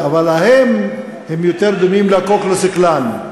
אבל ההם, הם יותר דומים ל"קו קלוקס קלאן".